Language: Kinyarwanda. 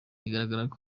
biragaragara